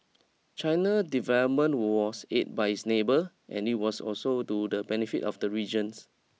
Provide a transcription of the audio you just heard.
China development was aid by its neighbour and it was also to the benefit of the regions